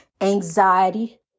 anxiety